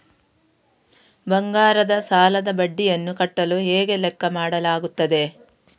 ಬಂಗಾರದ ಸಾಲದ ಬಡ್ಡಿಯನ್ನು ಕಟ್ಟಲು ಹೇಗೆ ಲೆಕ್ಕ ಮಾಡಲಾಗುತ್ತದೆ?